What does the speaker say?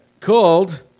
called